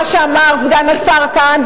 מה שאמר סגן השר כאן,